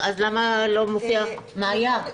אז למה לא מופיע מה היה?